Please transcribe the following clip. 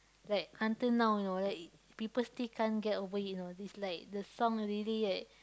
like until now you know like people still can't get over it you know this like the song really like